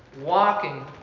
walking